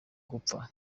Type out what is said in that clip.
gupfa